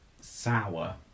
sour